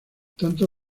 tanto